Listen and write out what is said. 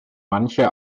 manche